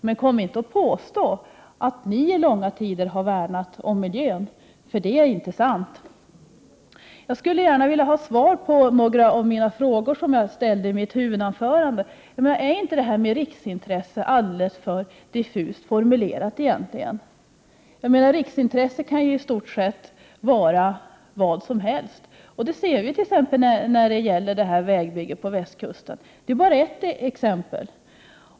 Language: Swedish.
Men kom inte och påstå att ni i långa tider har värnat om miljön. Det är inte sant. Jag skulle gärna vilja få svar på några av de frågor som jag ställde i mitt huvudanförande. Är inte det här med riksintresse egentligen alldeles för diffust formulerat? ”Riksintresse” kan ju i stort sett vara vad som helst. Det ser vi t.ex. när det gäller vägbygget på västkusten. Det är bara ett exempel.